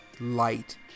light